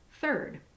Third